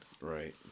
right